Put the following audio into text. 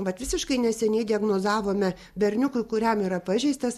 vat visiškai neseniai diagnozavome berniukui kuriam yra pažeistas